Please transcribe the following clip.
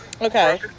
okay